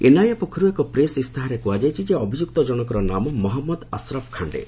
NIA ପକ୍ଷରୁ ଏକ press ଇସ୍ତାହାରରେ କୁହାଯାଇଛି ଅଭିଯୁକ୍ତ ଜଣକର ନାମ ମହଞ୍ଜଦ ଅସ୍ରଫ୍ ଖାଶ୍ଚେ